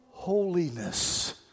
Holiness